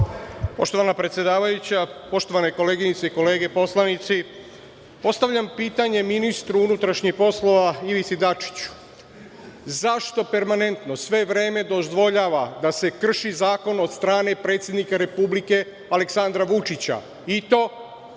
Poštovana predsedavajuća, poštovane koleginice i kolege poslanici, postavljam pitanje ministru unutrašnjih poslova Ivici Dačiću – zašto permanentno, sve vreme, dozvoljava da se kriši zakon od strane predsednika Republike Aleksandra Vučića, i to Krivični